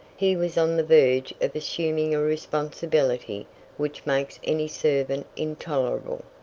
he was on the verge of assuming a responsibility which makes any servant intolerable.